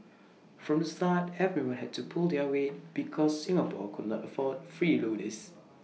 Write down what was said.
from the start everyone had to pull their weight because Singapore could not afford freeloaders